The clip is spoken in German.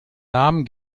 namen